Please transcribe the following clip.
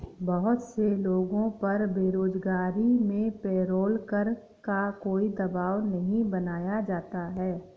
बहुत से लोगों पर बेरोजगारी में पेरोल कर का कोई दवाब नहीं बनाया जाता है